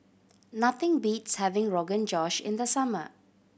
nothing beats having Rogan Josh in the summer